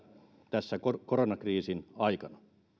tässä koronakriisin aikana